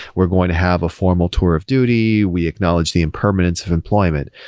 we're going to have a formal tour of duty. we acknowledge the impermanence of employment.